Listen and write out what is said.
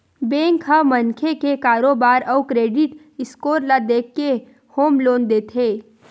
bank ह मनखे के कारोबार अउ क्रेडिट स्कोर ल देखके होम लोन देथे